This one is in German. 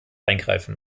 eingreifen